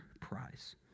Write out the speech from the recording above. prize